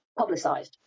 publicised